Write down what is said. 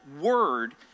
word